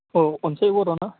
औ अनसाय बर'ना